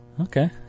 Okay